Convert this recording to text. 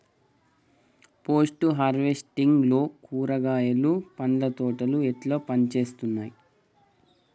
Post harvesting లో కూరగాయలు పండ్ల తోటలు ఎట్లా పనిచేత్తనయ్?